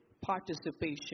participation